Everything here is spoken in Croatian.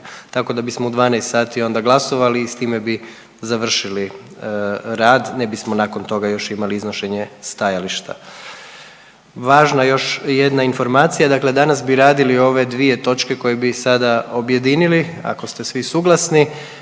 tako da bismo u 12 sati onda glasovali i s time bi završili rad, ne bismo nakon toga još imali iznošenje stajališta. Važna je još jedna informacija, dakle danas bi radili ove dvije točke koje bi sada objedinili ako ste svi suglasni,